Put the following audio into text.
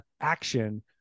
action